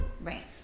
Right